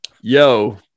yo